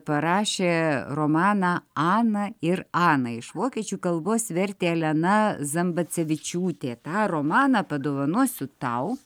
parašė romaną ana ir ana iš vokiečių kalbos vertė elena zambacevičiūtė tą romaną padovanosiu tau